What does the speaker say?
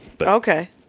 okay